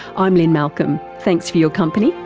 i'm lynne malcolm. thanks for your company